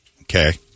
Okay